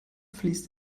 fließt